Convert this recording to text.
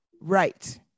Right